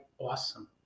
awesome